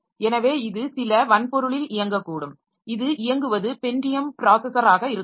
எனவே இது சில வன்பொருளில் இயங்கக்கூடும் இது இயங்குவது பென்டியம் ப்ராஸஸராக இருக்கலாம்